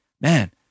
Man